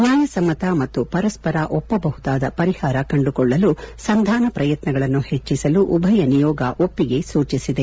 ನ್ನಾಯಸಮ್ನತ ಮತ್ತು ಪರಸ್ಪರ ಒಪ್ಪಬಹುದಾದ ಪರಿಹಾರ ಕಂಡುಕೊಳ್ಳಲು ಸಂಧಾನ ಪ್ರಯತ್ನಗಳನ್ನು ಹೆಚ್ಚಿಸಲು ಉಭಯ ನಿಯೋಗ ಒಪ್ಪಿಗೆ ಸೂಚಿಸಿದೆ